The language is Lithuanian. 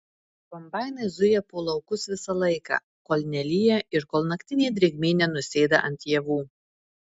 kombainai zuja po laukus visą laiką kol nelyja ir kol naktinė drėgmė nenusėda ant javų